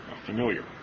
Familiar